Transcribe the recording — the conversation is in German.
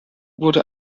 wurde